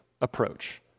approach